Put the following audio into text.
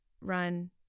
run